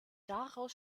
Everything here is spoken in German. daraus